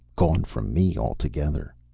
gone from me altogether.